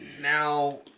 Now